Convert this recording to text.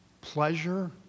pleasure